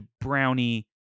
Brownie